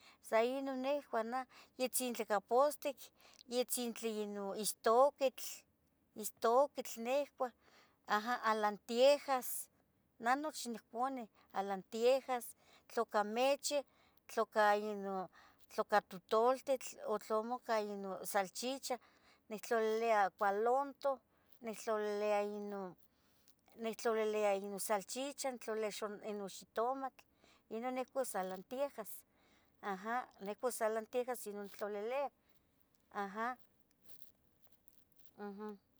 sa inon nicuah, itzintli capostic, yitzintli istuquitl, istuquitl nihcua, Alientejas, alientejas neh nochi niconih, alientejas tloca meche, tloca totoltitl, o tlamo ca ino salchicha, nictlolilia cualunto, nictlolilia inon salchicha, nictlulilia inon xitomatl, inon nicaua san lientejas aja, inon nicaua san lientejas inon tlalileya. aja aja.